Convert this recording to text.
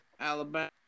Alabama